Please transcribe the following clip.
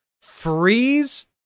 Freeze